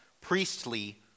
priestly